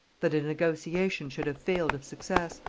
that a negotiation should have failed of success,